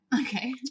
Okay